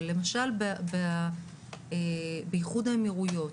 אבל למשל באיחוד האמירויות,